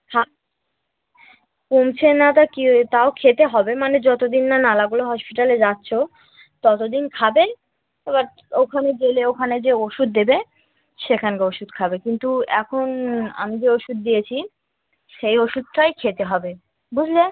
হা কমছে না তা কী হয়ে তাও খেতে হবে মানে যত দিন না নালাগোলা হসপিটালে যাচ্ছো তত দিন খাবে এবার ওখানে গেলেও ওখানে যে ওষুধ দেবে সেখানকার ওষুধ খাবে কিন্তু এখন আমি যে ওষুধ দিয়েছি সেই ওষুধটাই খেতে হবে বুঝলে